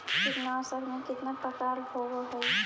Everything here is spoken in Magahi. कीटनाशक के कितना प्रकार होव हइ?